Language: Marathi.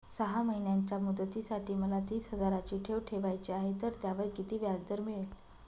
सहा महिन्यांच्या मुदतीसाठी मला तीस हजाराची ठेव ठेवायची आहे, तर त्यावर किती व्याजदर मिळेल?